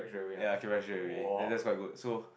ya acupressure already then that's quite good so